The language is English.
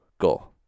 go